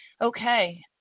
okay